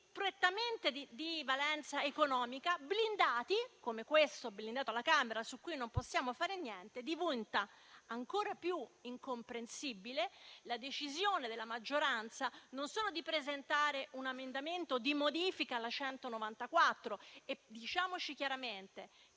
prettamente di valenza economica e blindati come questo che è stato blindato alla Camera, su cui non possiamo fare niente - diventa ancora più incomprensibile la decisione della maggioranza di presentare un emendamento di modifica alla legge n. 194. Diciamoci chiaramente che,